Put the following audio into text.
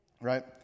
right